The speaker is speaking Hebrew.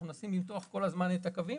אנחנו מנסים למתוח כל הזמן את הקווים,